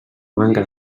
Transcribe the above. manca